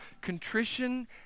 contrition